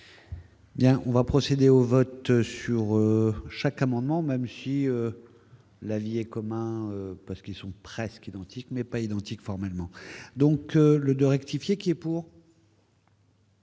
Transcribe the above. Bien on va procéder au vote sur chaque amendement, même si l'allié commun parce qu'ils sont presque identiques n'est pas identique formellement donc le de rectifier, qui est pour.